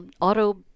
Auto